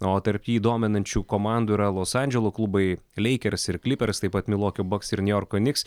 o tarp jį dominančių komandų yra los andželo klubai leikers ir klipers taip pat milvokio baks ir niujorko niks